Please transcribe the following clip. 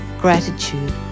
Gratitude